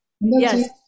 Yes